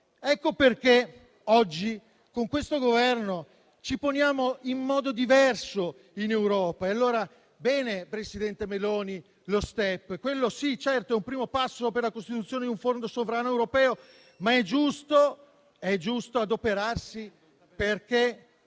Ecco perché oggi, con questo Governo, ci poniamo in modo diverso in Europa. Va bene, presidente Meloni, il programma STEP, che certamente è un primo passo per la costituzione di un fondo sovrano europeo, ma è giusto adoperarsi con